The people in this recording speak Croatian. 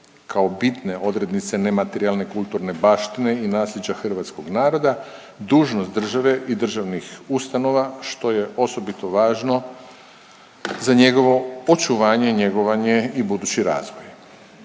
kao bitne odrednice nematerijalne kulturne baštine i nasljeđa hrvatskog naroda dužnost države i državnih ustanova, što je osobito važno za njegovo očuvanje, njegovanje i budući razvoj.